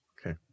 Okay